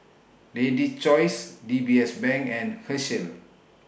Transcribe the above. Lady's Choice D B S Bank and Herschel